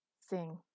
Sing